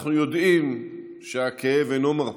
אנחנו יודעים שהכאב אינו מרפה,